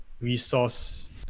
resource